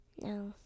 No